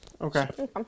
Okay